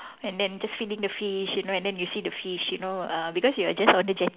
and then just feeding the fish you know and then you see the fish you know uh because you are just on the jetty